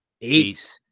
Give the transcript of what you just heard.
eight